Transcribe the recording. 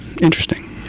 interesting